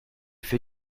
fais